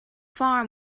far